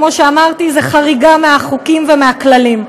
כמו שאמרתי, זו חריגה מהחוקים ומהכללים.